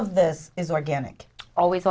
of this is organic always